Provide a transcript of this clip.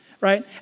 Right